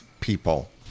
people